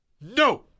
no